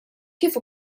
kif